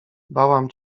bałam